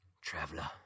Traveler